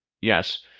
yes